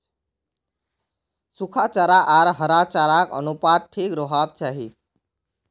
सुखा चारा आर हरा चारार अनुपात ठीक रोह्वा चाहि